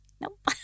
Nope